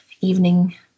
evening